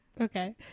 okay